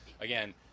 Again